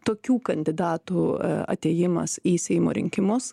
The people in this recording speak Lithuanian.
tokių kandidatų atėjimas į seimo rinkimus